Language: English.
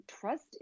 trust